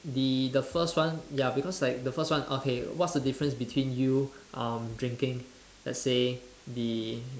the the first one ya because like the first one okay what's the difference between you um drinking let's say the